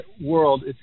world